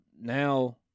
now